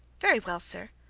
very well, sir.